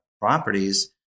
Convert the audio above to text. properties